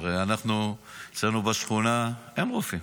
הרי אצלנו בשכונה אין רופאים.